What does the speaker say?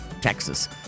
Texas